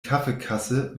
kaffeekasse